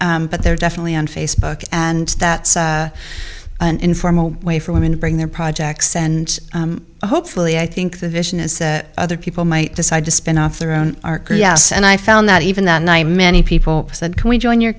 but but they're definitely on facebook and that's an informal way for women to bring their projects and hopefully i think the vision is that other people might decide to spin off their own yes and i found that even that night many people said can we join your